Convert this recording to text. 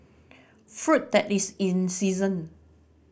that is in season